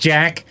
Jack